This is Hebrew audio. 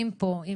סליחה על העיכוב,